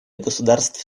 государств